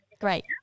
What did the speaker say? Great